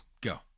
go